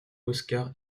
oscar